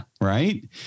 right